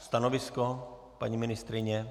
Stanovisko, paní ministryně?